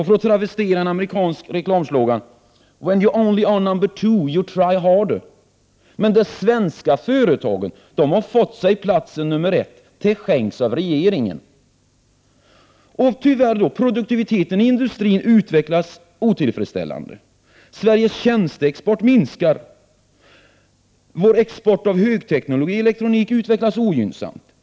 För att travestera en amerikansk reklamslogan kan man säga: When you only are number two, you try harder. De svenska företagen har dock fått sig platsen nummer ett till skänks av regeringen. Produktiviteten i industrin utvecklas tyvärr otillfredsställande. Sveriges tjänsteexport minskar. Vår export av högteknologi och elektronik utvecklas ogynnsamt.